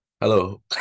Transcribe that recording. Hello